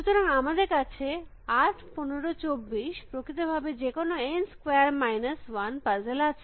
সুতরাং আমাদের কাছে 8 15 24 প্রকৃত ভাবে যেকোনো n স্কয়ার মাইনাস 1 পাজেল আছে